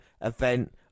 event